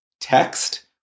text